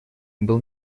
был